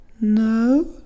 no